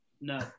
no